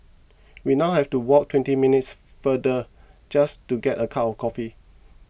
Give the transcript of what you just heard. we now have to walk twenty minutes further just to get a cup of coffee